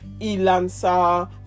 elancer